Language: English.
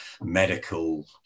medical